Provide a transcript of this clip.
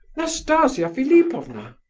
nastasia philipovna!